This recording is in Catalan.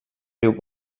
riu